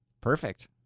Perfect